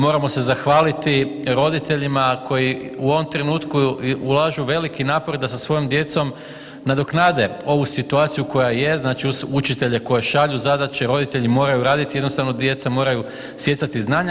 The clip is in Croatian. Moramo se zahvaliti roditeljima koji u ovom trenutku ulažu veliki napor da sa svojom djecom nadoknade ovu situaciju koja jest, učitelje koji šalju zadaće roditelji moraju raditi jer jednostavno djeca moraju stjecati znanja.